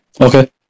Okay